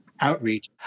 outreach